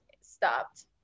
stopped